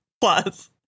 plus